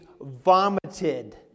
vomited